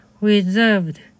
reserved